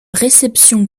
réception